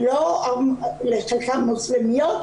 שחלקן מוסלמיות,